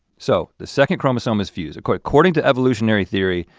so the second chromosome is fused. according to evolutionary theory,